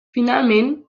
finalment